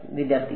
വിദ്യാർത്ഥി 3